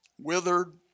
withered